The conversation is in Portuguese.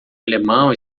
alemão